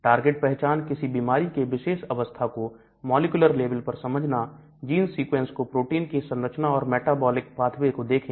target पहचान किसी बीमारी के विशेष अवस्था को मॉलिक्यूलर लेवल पर समझना जींस सीक्वेंस को प्रोटीन की संरचना और मेटाबॉलिक पाथवे को देखें